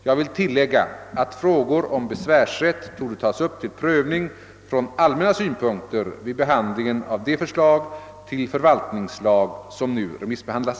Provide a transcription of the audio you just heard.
Jag vill tillägga, att frågor om besvärsrätt torde tas upp till prövning från allmänna synpunkter vid behandlingen av det förslag till förvaltningslag som nu remissbehandlas.